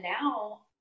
now